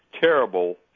terrible